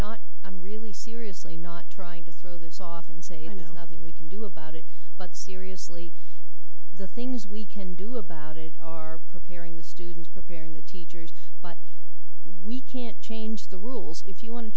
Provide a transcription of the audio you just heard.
not i'm really seriously not trying to throw this off and say you know nothing we can do about it but seriously the things we can do about it are preparing the students preparing the teachers but we can't change the rules if you want to